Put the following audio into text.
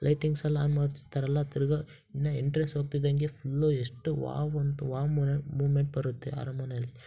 lightings ಎಲ್ಲ on ಮಾಡ್ತಿರ್ತಾರಲ್ಲ ತಿರ್ಗಾ ಇನ್ನು ಎಂಟ್ರೆನ್ಸ್ ಹೋಗ್ತಿದ್ದಂಗೆ ಫುಲ್ಲು ಎಷ್ಟು ವಾವ್ ಅಂತ ವಾವ್ ಮೊ ಮೊಮೆಂಟ್ ಬರುತ್ತೆ ಅರಮನೆಯಲ್ಲಿ